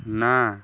ନାଁ